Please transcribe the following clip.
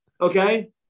Okay